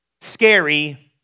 scary